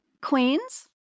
Queens